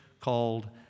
called